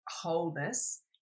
wholeness